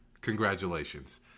Congratulations